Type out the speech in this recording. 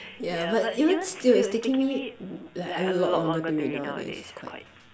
yeah but even still it's taking me like a lot longer to read nowadays quite